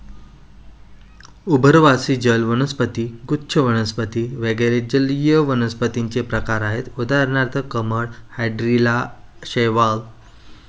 उभयवासी जल वनस्पती, गुच्छ वनस्पती वगैरे जलीय वनस्पतींचे प्रकार आहेत उदाहरणार्थ कमळ, हायड्रीला, शैवाल